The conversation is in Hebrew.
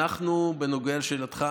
בנוגע לשאלתך,